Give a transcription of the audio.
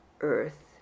earth